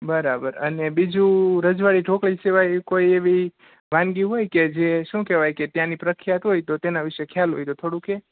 બરાબર અને બીજું રજવાળી ઢોકળી સિવાય કોઇબી વાનગી હોયકે જે શું કેવાય કે ત્યાંની પ્રખ્યાત હોય તો તેના વિષે ખ્યાલ હોય તો થોંળુંકે